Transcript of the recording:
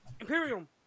Imperium